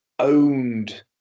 owned